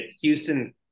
Houston –